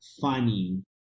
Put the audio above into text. funny